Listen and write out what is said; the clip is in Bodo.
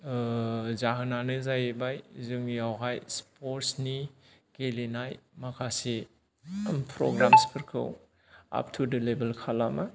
जाहोनानो जाहैबाय जोंनियावहाय स्पर्टसनि गेलेनाय माखासे प्रग्राम्सफोरखौ आपटुडेट लेभेल खालामा